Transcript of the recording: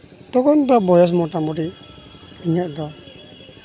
ᱛᱚᱠᱷᱚᱱ ᱫᱚ ᱵᱚᱭᱚᱥ ᱢᱳᱴᱟᱢᱩᱴᱤ ᱤᱧᱟ ᱜ ᱫᱚ